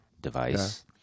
device